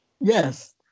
Yes